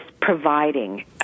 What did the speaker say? providing